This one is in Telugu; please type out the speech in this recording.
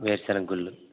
వేరుశనగ గుండ్లు